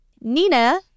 Nina